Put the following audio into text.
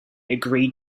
agreed